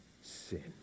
sin